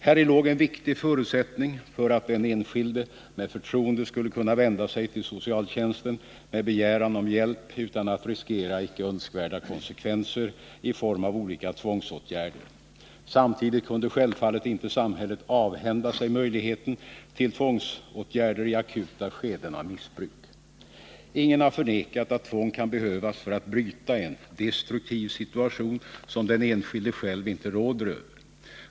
Häri låg en viktig förutsättning för att den enskilde med förtroende skulle kunna vända sig till socialtjänsten med begäran om hjälp utan att riskera icke önskvärda konsekvenser i form av olika tvångsåtgärder. Samtidigt kunde självfallet inte samhället avhända sig möjligheten till tvångsåtgärder i akuta skeden av missbruk. Ingen har förnekat att tvång kan behövas för att bryta en destruktiv situation som den enskilde själv inte råder över.